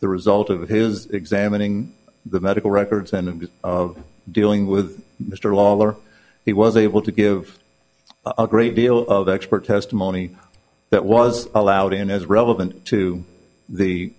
the result of his examining the medical records and dealing with mr waller he was able to give a great deal of expert testimony that was allowed in as relevant to the